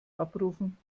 abrufen